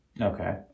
okay